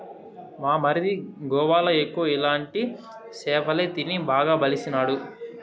మా మరిది గోవాల ఎక్కువ ఇలాంటి సేపలే తిని బాగా బలిసినాడు